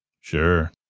Sure